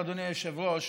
אדוני היושב-ראש,